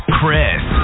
Chris